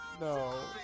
No